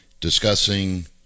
discussing